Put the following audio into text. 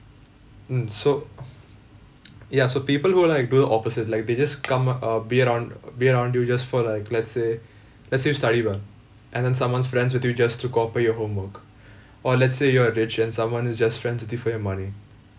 mm so ya so people who're like do the opposite like they just come uh be around be around you just for like let's say let's say you study well and then someone's friends with you just to copy your homework or let's say you're rich and someone is just friends with you for your money